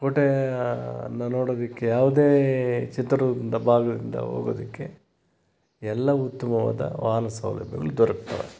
ಕೋಟೆಯನ್ನು ನೋಡೋದಕ್ಕೆ ಯಾವುದೇ ಚಿತ್ರದುರ್ಗದಿಂದ ಭಾಗದಿಂದ ಹೋಗೋದಕ್ಕೆ ಎಲ್ಲ ಉತ್ತಮವಾದ ವಾಹನ ಸೌಲಭ್ಯಗಳ್ ದೊರಕುತ್ತವೆ